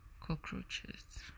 cockroaches